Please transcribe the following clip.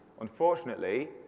Unfortunately